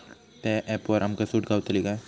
त्या ऍपवर आमका सूट गावतली काय?